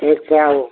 ठीक से आबू